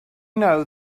know